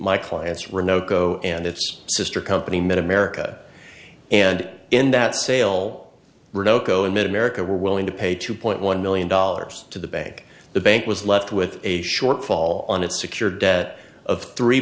my clients were no go and its sister company met america and in that sale were no go and middle america were willing to pay two point one million dollars to the bank the bank was left with a shortfall on its secured debt of three